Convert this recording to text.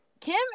Kim